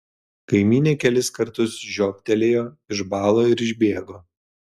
kaimynė kelis kartus žiobtelėjo išbalo ir išbėgo